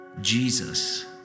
Jesus